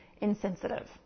insensitive